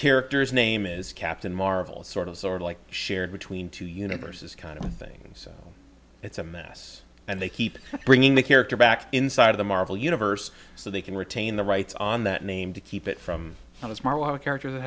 character's name is captain marvel sort of sorta like shared between two universes kind of things it's a mess and they keep bringing the character back inside of the marvel universe so they can retain the rights on that name to keep it from him as more of a character that